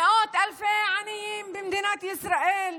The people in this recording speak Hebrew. מאות אלפי עניים במדינת ישראל,